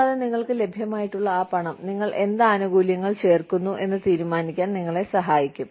കൂടാതെ നിങ്ങൾക്ക് ലഭ്യമായിട്ടുള്ള ആ പണം നിങ്ങൾ എന്ത് ആനുകൂല്യങ്ങൾ ചേർക്കുന്നു എന്ന് തീരുമാനിക്കാൻ നിങ്ങളെ സഹായിക്കും